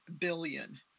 billion